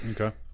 Okay